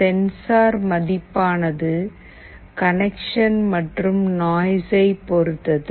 sensor மதிப்பானது connection மற்றும் noise ஐ பொறுத்தது